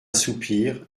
soupir